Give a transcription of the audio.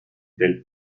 del